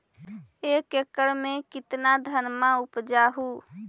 एक एकड़ मे कितना धनमा उपजा हू?